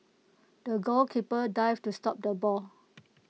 the goalkeeper dived to stop the ball